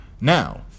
Now